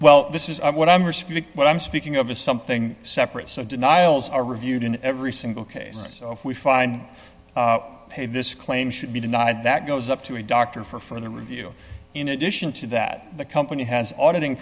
well this is what i'm what i'm speaking of is something separate so denials are reviewed in every single case and so if we find paid this claim should be denied that goes up to a doctor for further review in addition to that the company has auditing